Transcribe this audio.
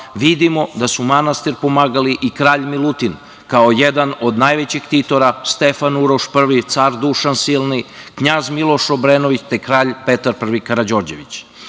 vidimo da su manastir pomagali i kralj Milutin, kao jedan od najvećih ktitora, Stefan Uroš I, car Dušan Silni, knjaz Miloš Obrenović, te kralj Petar I Karađorđević. Naravno,